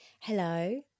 Hello